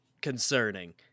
concerning